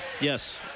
Yes